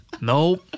Nope